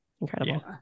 Incredible